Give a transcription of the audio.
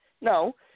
No